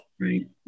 Right